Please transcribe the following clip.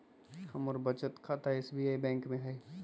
हमर बचत खता एस.बी.आई बैंक में हइ